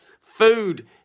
food